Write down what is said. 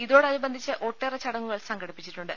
ഇതോടനുബന്ധിച്ച് ഒട്ടേറെ ചടങ്ങുകൾ സംഘടിപ്പിച്ചിട്ടുണ്ട്